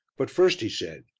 but first, he said,